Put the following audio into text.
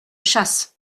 chasse